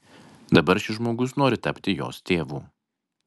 dabar šis žmogus nori tapti jos tėvu